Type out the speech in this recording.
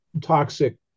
toxic